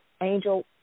angel